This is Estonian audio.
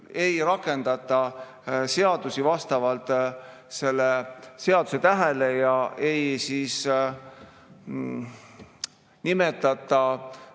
ei rakendata seadusi vastavalt seadusetähele ja ei nimetata